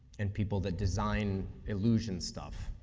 and people that designed illusion stuff.